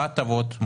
מה ההטבות?